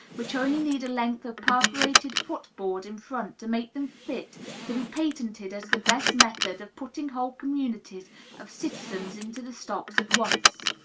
which only need a length of perforated foot-board in front to make them fit to be patented as the best method of putting whole communities of citizens into the stocks at once.